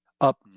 up